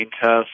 test